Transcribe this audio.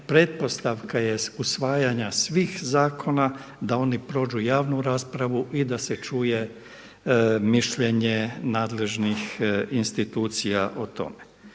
pretpostavka je usvajanja svih zakona da oni prođu javnu raspravu i da se čuje mišljenje nadležnih institucija o tome.